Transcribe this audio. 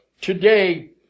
today